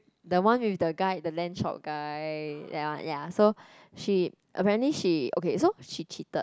the one with the guy the lamb chop guy ya ya so she apparently she okay so she cheated